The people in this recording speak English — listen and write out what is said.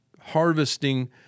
harvesting